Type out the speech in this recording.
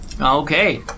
Okay